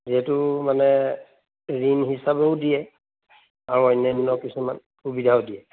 যিহেতু মানে ঋণ হিচাপেও দিয়ে আৰু অন্যান্য কিছুমান সুবিধাও দিয়ে